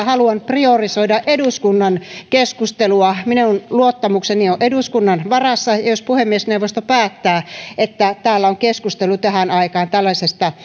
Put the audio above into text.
haluan priorisoida eduskunnan keskustelua minun luottamukseni on eduskunnan varassa ja jos puhemiesneuvosto päättää että täällä on keskustelu tähän aikaan tällaisesta